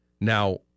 Now